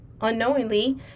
unknowingly